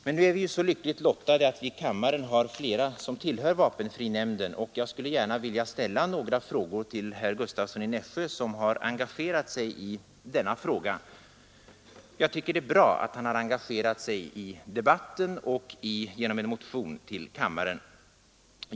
Nu är vi emellertid så lyckligt lottade att vi i kammaren har flera som tillhör vapenfrinämnden, och jag skulle gärna vilja ställa några frågor till herr Gustavsson i Nässjö som har engagerat sig i denna fråga, både i debatten i kammaren och genom en motion.